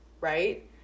right